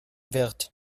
wird